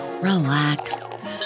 relax